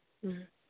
ꯎꯝ